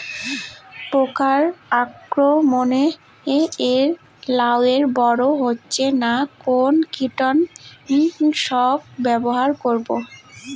পোকার আক্রমণ এ লাউ বড় হচ্ছে না কোন কীটনাশক ব্যবহার করব?